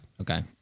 okay